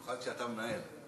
במיוחד כשאתה ממהר.